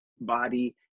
body